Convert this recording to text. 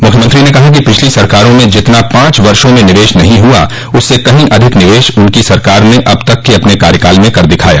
मुख्यमंत्री ने कहा कि पिछली सरकारों ने जितना पांच वर्षों में निवेश नहीं हुआ उससे कहीं अधिक निवेश उनकी सरकार ने अब तक के अपने कार्यकाल में कर दिखाया